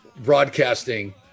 broadcasting